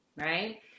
right